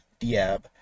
Diab